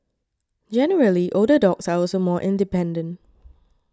generally older dogs are also more independent